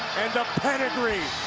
the pedigree